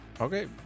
Okay